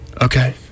Okay